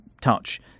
touch